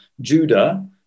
Judah